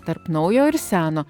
tarp naujo ir seno